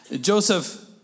Joseph